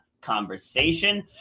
conversation